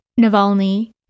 Navalny